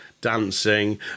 dancing